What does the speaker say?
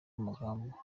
amagambo